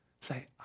Say